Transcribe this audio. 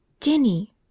Jenny